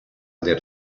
del